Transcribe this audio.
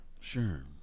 Sure